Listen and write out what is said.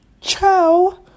ciao